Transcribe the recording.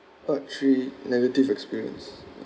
part three negative experience